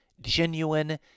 genuine